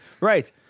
right